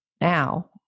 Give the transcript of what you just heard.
now